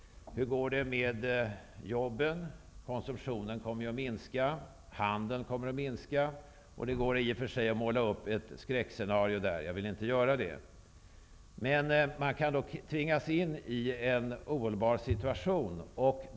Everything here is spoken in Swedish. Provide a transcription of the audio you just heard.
Hur går det med jobben? Konsumtionen och handeln kommer ju att minska. I och för sig kan man måla upp ett skräckscenario, men det vill jag inte göra. Man kan dock tvingas in i en ohållbar situation.